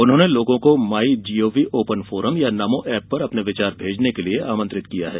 उन्होंने लोगों को my G O V forum या नमोऐप पर अपने विचार भेजने के लिए आमंत्रित किया है